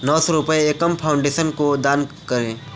नौ सौ रुपये एकम फाउंडेशन को दान करें